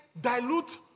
dilute